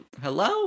Hello